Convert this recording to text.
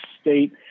state